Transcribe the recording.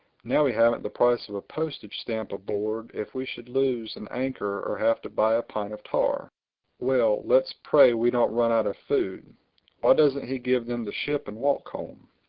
now we haven't the price of a postage-stamp aboard if we should lose an anchor or have to buy a pint of tar well, let's, pray we don't run out of food why doesn't he give them the ship and walk home?